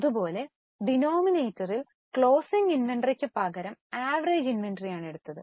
അത് പോലെ ഡിനോമിനേറ്ററിൽ ക്ലോസിങ് ഇൻവെന്ററിക്ക് പകരം ആവറേജ് ഇൻവെന്ററി ആണെടുത്തത്